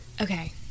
okay